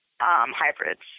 hybrids